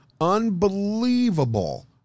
unbelievable